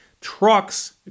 trucks